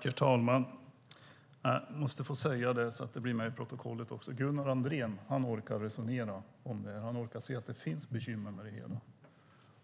Herr talman! Jag måste få säga detta så att det kommer med i protokollet: Gunnar Andrén orkar resonera om det här. Han orkar se att det finns bekymmer.